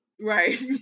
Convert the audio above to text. Right